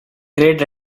great